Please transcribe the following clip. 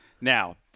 Now